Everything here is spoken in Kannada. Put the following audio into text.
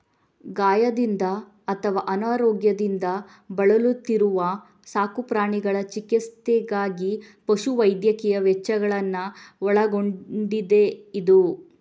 ಗಾಯದಿಂದ ಅಥವಾ ಅನಾರೋಗ್ಯದಿಂದ ಬಳಲುತ್ತಿರುವ ಸಾಕು ಪ್ರಾಣಿಗಳ ಚಿಕಿತ್ಸೆಗಾಗಿ ಪಶು ವೈದ್ಯಕೀಯ ವೆಚ್ಚಗಳನ್ನ ಒಳಗೊಂಡಿದೆಯಿದು